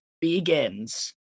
begins